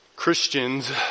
Christians